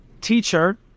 teacher